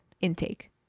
intake